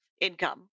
income